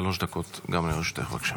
שלוש דקות גם לרשותך, בבקשה.